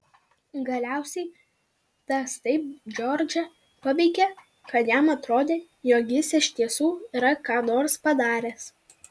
galiausiai tas taip džordžą paveikė kad jam atrodė jog jis iš tiesų yra ką nors padaręs